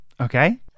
Okay